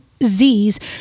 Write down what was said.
Zs